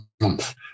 month